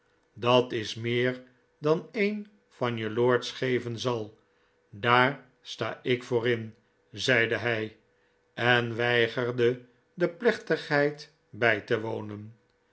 dat is meer dan een van je lords geven zal daar sta ik voor in zeide hij en weigerde de plechtigheid bij te wonen